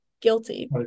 guilty